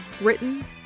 Written